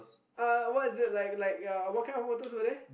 uh what is it like like uh what kind of photos were there